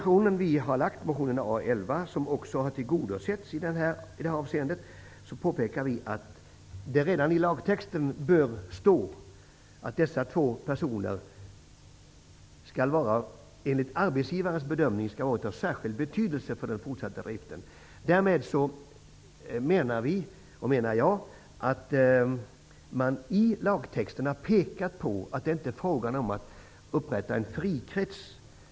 I vår motion A11, som också har tillgodosetts i detta avseende, påpekar vi att det redan i lagtexten bör stå att dessa två personer enligt arbetsgivarens bedömning skall vara av särskild betydelse för den fortsatta driften. Därmed pekar man i lagtexten på att det inte är fråga om att upprätta en frikrets.